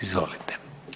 Izvolite.